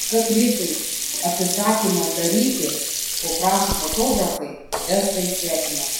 kaprizai atsisakymas daryti ko prašo fotografai vestai svetima